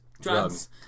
drugs